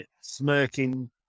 smirking